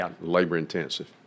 labor-intensive